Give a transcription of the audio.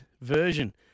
version